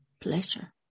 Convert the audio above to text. pleasure